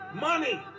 money